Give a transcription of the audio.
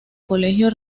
colegio